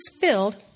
filled